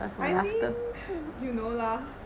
I mean you know lah